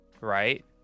right